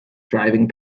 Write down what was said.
driving